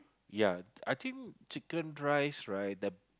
ya I think chicken rice right the